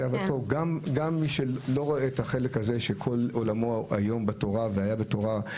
גם מי שלא רואה את החלק הזה שכל עולמו היום בתורה והיה בתורה.